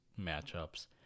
matchups